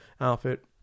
outfit